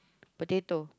potato